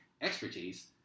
expertise